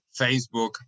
Facebook